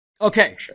Okay